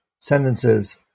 sentences